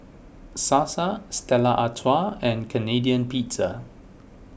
Sasa Stella Artois and Canadian Pizza